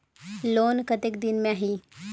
Loan कतेक दिन मे आही?